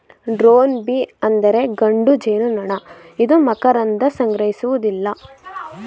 drone bee ಅಂದರೆ ಗಂಡು ಜೇನುನೊಣ ಇದು ಮಕರಂದ ಸಂಗ್ರಹಿಸುವುದಿಲ್ಲ